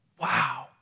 Wow